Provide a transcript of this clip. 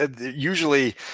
usually